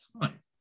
time